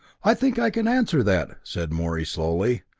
i think i can answer that, said morey slowly.